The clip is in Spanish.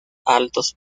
altos